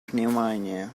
pneumonia